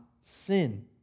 sin